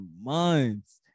months